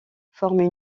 forment